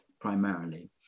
primarily